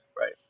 Right